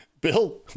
Bill